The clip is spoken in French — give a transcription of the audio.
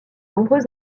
nombreux